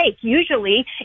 Usually